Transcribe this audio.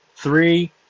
Three